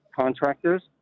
contractors